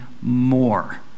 more